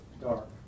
dark